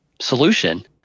solution